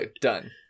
done